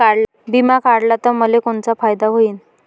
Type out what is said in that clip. बिमा काढला त मले कोनचा फायदा होईन?